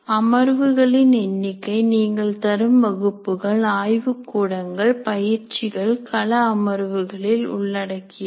அமர்வுகளின் எண்ணிக்கை நீங்கள் தரும் வகுப்புகள் ஆய்வுக் கூடங்கள் பயிற்சிகள் கள அமர்வுகளில் உள்ளடக்கியது